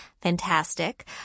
Fantastic